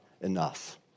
enough